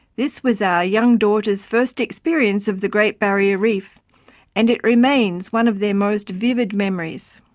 this was our young daughters' first experience of the great barrier reef and it remains one of their most vivid memories.